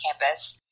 campus